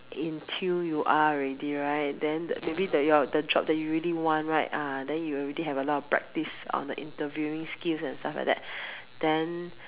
in tuned you are already right then maybe the your the job that you really want right ah then you already have a lot practice on the interviewing skills and stuffs like that then